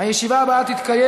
הישיבה הבאה תתקיים,